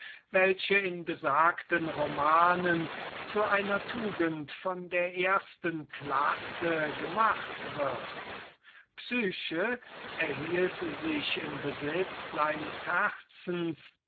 welche in besagten romanen zu einer tugend von der ersten klasse gemacht wird psyche erhielt sich im besitz seines herzens